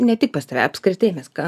ne tik pas tave apskritai mes